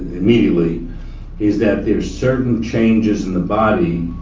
immediately is that there are certain changes in the body